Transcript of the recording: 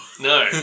No